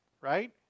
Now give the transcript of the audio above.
right